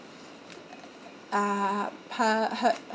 uh her her